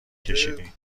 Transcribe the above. کشیدین